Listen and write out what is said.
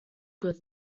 good